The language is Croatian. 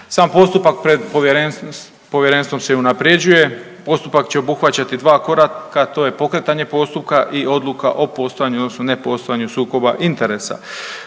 Sam postupak pred povjerenstvom se i unapređuje. Postupak će obuhvaćati dva koraka, to je pokretanje postupka i odluka o postojanju odnosno ne postojanju sukoba interesa.